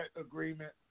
agreement